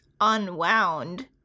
unwound